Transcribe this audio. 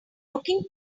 looking